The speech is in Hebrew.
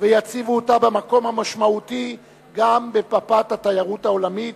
ויציבו אותה במקום המשמעותי גם במפת התיירות העולמית,